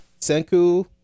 Senku